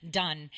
done